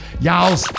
y'all